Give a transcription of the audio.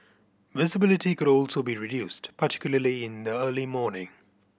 visibility could also be reduced particularly in the early morning